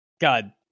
God